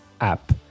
app